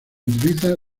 utiliza